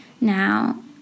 Now